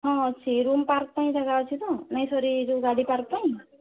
ହଁ ଅଛି room park ପାଇଁ ଜାଗା ଅଛି ତ ନାଇଁ ସରି ଯେଉଁ ଗାଡ଼ି ପାର୍କ୍ ପାଇଁ